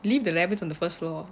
leave the rabbits on the first floor